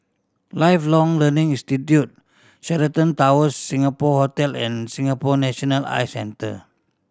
Lifelong Learning Institute Sheraton Towers Singapore Hotel and Singapore National Eye Center